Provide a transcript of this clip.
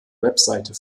webseite